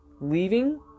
leaving